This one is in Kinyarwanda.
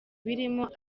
birimo